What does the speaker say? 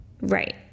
Right